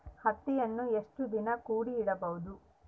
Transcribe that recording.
ಹತ್ತಿಯನ್ನು ಎಷ್ಟು ದಿನ ಕೂಡಿ ಇಡಬಹುದು?